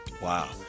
Wow